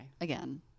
again